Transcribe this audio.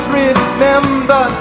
remember